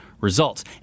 results